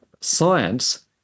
science